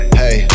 hey